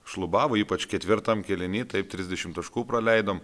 šlubavo ypač ketvirtam kėliny taip trisdešimt taškų praleidom